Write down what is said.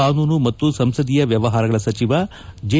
ಕಾನೂನು ಮತ್ತು ಸಂಸದೀಯ ವ್ಯವಹಾರಗಳ ಸಚಿವ ಜೆ